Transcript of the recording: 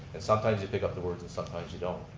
and sometimes you pick up the words and sometimes you don't.